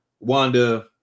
wanda